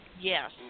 yes